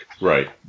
Right